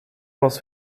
was